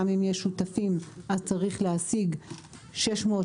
גם אם יש שותפים אז צריך להשיג 600,000,